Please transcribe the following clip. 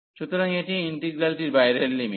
সুতরাং এটি ইন্টিগ্রালটির বাইরের লিমিট